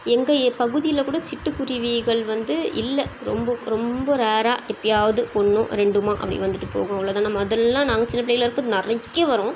எங்கள் பகுதியில் கூட சிட்டுக்குருவிகள் வந்து இல்லை ரொம்ப ரொம்ப ரேராக எப்போயாவது ஒன்றோ ரெண்டுமா அப்படி வந்துட்டு போகும் அவ்வளதான் நான் முதலல்லாம் நாங்கள் சின்ன பிள்ளையில் இருக்க போது நிறைய வரும்